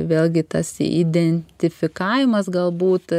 vėlgi tas identifikavimas galbūt